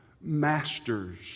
masters